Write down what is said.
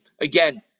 Again